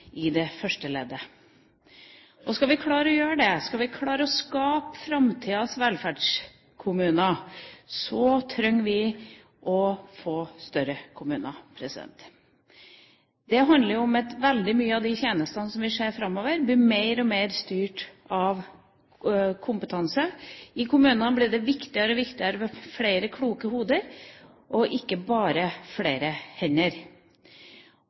i det første leddet. Skal vi klare å gjøre det, skal vi skape framtidens velferdskommuner, behøver vi å få større kommuner. Det handler om at veldig mange av de tjenestene som vi ser framover, blir mer og mer styrt av kompetanse. I kommunene blir det viktigere med flere kloke hoder og ikke bare flere hender.